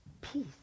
peace